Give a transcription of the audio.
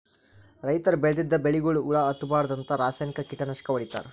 ರೈತರ್ ಬೆಳದಿದ್ದ್ ಬೆಳಿಗೊಳಿಗ್ ಹುಳಾ ಹತ್ತಬಾರ್ದ್ಂತ ರಾಸಾಯನಿಕ್ ಕೀಟನಾಶಕ್ ಹೊಡಿತಾರ್